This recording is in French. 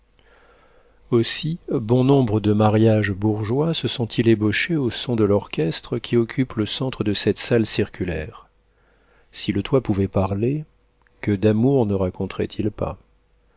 aussi bon nombre de mariages bourgeois se sont-ils ébauchés aux sons de l'orchestre qui occupe le centre de cette salle circulaire si le toit pouvait parler que d'amours ne raconterait il pas